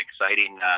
exciting